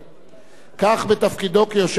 בתפקידו כיושב-ראש ועדת העבודה,